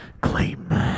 claim